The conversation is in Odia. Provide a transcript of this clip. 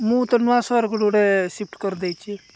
ମୁଁ ତ ନୂଆ ସହରକୁ ଗୋଟ ଗୋଟେ ସିଫ୍ଟ କରିଦେଇଛି